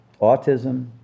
autism